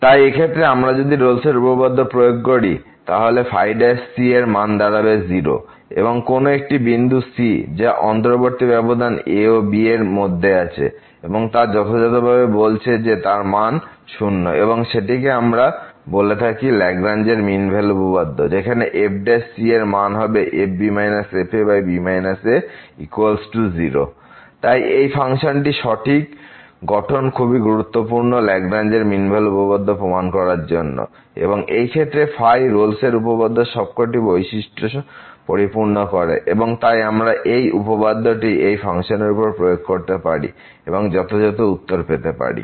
তাই এই ক্ষেত্রে আমরা যদি রোলস উপপাদ্য প্রয়োগ করি তাহলে ϕর মান দাঁড়াবে 0 এবং কোন একটি বিন্দু c যা অন্তর্বর্তী ব্যবধান ab এর মধ্যে আছে এবং তা যথাযথভাবে বলছে যে তার মান শূন্য এবং সেটিকেই আমরা বলে থাকি ল্যাগরেঞ্জ মিন ভ্যালু উপপাদ্য যেখানে f এর মান হবে fb fb a0 তাই এই ফাংশনটির সঠিক গঠন খুবই গুরুত্বপূর্ণ ল্যাগরেঞ্জ মিন ভ্যালু উপপাদ্য প্রমাণ করার জন্য এবং এই ক্ষেত্রে রোলস উপপাদ্যের সবকটি বৈশিষ্ট্য পরিপূর্ণ করে এবং তাই আমরা এই উপপাদ্যটি এই ফাংশন এর উপর প্রয়োগ করতে পারি এবং যথাযথ উত্তর পেতে পারি